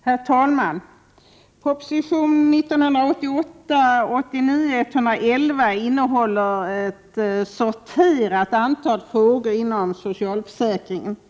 Herr talman! Proposition 1988/89:111 innehåller förslag i ett antal ”sorterade” frågor inom socialförsäkringens område.